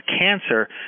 cancer